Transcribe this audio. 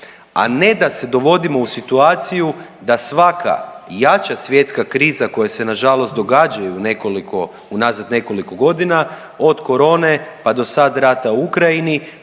A ne da se dovodimo u situaciju da svaka jača svjetska kriza koja se nažalost događaju unazad nekoliko godina od korone pa do sad rata u Ukrajini